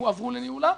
והועברו ניהולה,